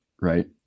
right